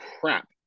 crap